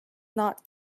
not